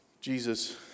Jesus